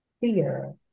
fear